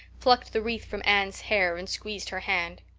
plucked the wreath from anne's hair and squeezed her hand.